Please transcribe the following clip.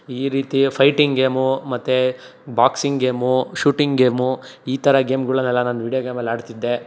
ಈ ರೀತಿಯ fighting game ಮತ್ತೆ ಬಾಕ್ಸಿಂಗ್ ಗೇಮು ಶೂಟಿಂಗ್ ಗೇಮು ಈ ಥರ ಗೇಮ್ಗಳನ್ನೆಲ್ಲ ನಾನು ವೀಡಿಯೋ ಗೇಮಲ್ಲಿ ಆಡ್ತಿದ್ದೆ